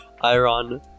iron